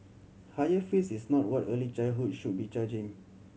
higher fees is not what early childhood should be charging